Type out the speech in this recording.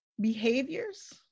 behaviors